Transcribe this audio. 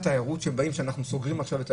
שאנחנו סוגרים עכשיו,